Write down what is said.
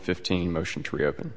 fifteen motion to reopen